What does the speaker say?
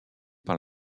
par